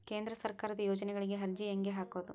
ಕೇಂದ್ರ ಸರ್ಕಾರದ ಯೋಜನೆಗಳಿಗೆ ಅರ್ಜಿ ಹೆಂಗೆ ಹಾಕೋದು?